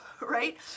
right